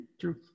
true